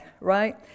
right